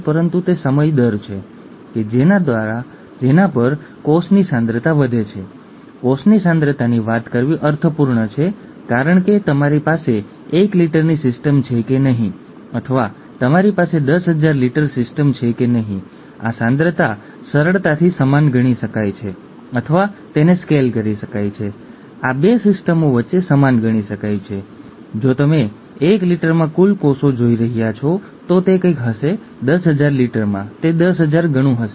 ફરીથી યાદ કરો કે ગ્લુકોઝ 6 ફોસ્ફેટ ડિહાઇડ્રોજેનેઝ તે એક એન્ઝાઇમ છે જેનો અર્થ એ છે કે તે પ્રોટીન છે તે જનીન દ્વારા કોડેડ છે ખરું ને